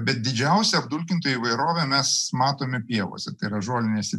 bet didžiausią apdulkintojų įvairovę mes matome pievose tai yra žolinėse